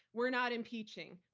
we're not impeaching.